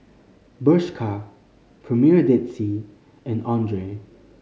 Bershka Premier Dead Sea and Andre